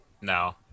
No